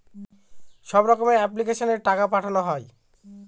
সব রকমের এপ্লিক্যাশনে টাকা পাঠানো হয়